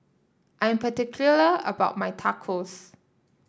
I am particular about my Tacos